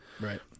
Right